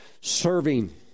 serving